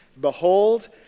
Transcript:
Behold